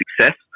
success